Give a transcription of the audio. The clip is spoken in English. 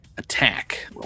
attack